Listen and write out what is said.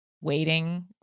waiting